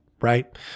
right